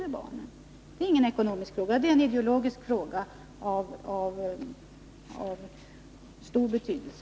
Det är alltså inte en ekonomisk fråga, utan en ideologisk fråga av stor betydelse.